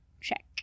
check